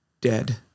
Dead